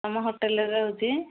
ତୁମ ହୋଟେଲରେ ରହୁଛି